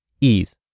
ease